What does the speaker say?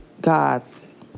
God's